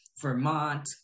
Vermont